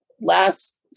last